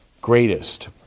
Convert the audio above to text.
greatest